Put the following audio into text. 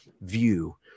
view